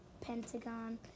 pentagon